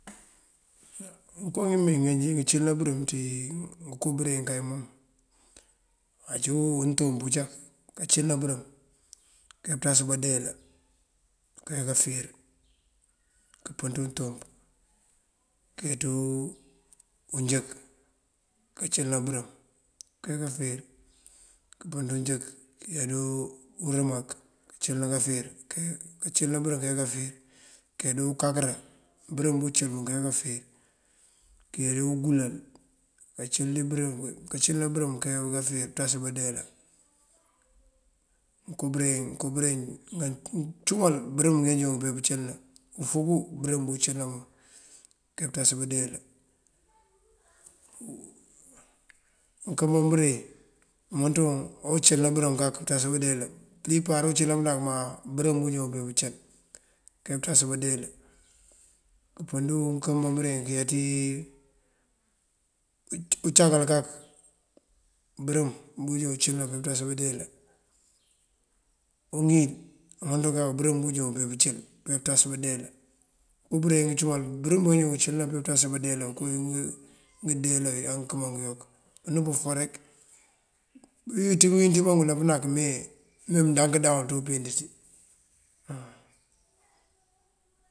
Á ngëko ngímee ajá ngëncílëna bërëm ţí ngënko bërëŋ kay mom ací untump ucak kancílëna bërëm kantas bandeela kowí ngafer wí. Këmpën dí untump këyá ţí unjënk kancëlëna bërëm kayá kafer. Këmpën ţí unjënk këyá dí urëmak kancëlëna kayá kafer, kancëlëna bërëm kayá kafer. Këyá dí unkankëra bërëm dí uncël dun kayá kafer. Kayá dí ngulal kancëlëna bërëm kayá kafer kanţas bandeela. ngënko bëreŋ ngëncumal bërëm ngí ngandoon ngëmpe pëncëlina, ufúgú bërëm dí uncëlëna dun ajá uyá pënţas bandeela. unkambe bëreŋ umënţun ajoo uncëlëna bërëm kak pënţas bandeela. Unjímpáan kacëli pënak má bërëm dí unjoon uncáar pëncëlëna kayá pënţas bandeela. Upën ţí unkambe bëreŋ ţí uncankal kak bërëm dí unjoon uncëlëna kanţas bandeela. Uŋíl umënţun kak bërëm bíwun joon umpe pëncël kajá pënţas bandeela. Ngënko bëreŋ ngëncumal bërëm ngí ingan joon pëncëlëna pënţas bandeela, ngëndeela okëma angëyok. Unú këfáa rek, ţí mëwín ţí bawul pënak këmee ne mëndaŋ këndaŋul ţí umpíiţ ţí.